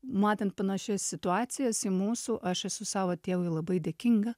matant panašias situacijas į mūsų aš esu savo tėvui labai dėkinga